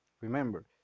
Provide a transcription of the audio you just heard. remember